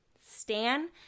Stan